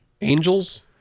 Angels